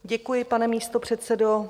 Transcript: Děkuji, pane místopředsedo.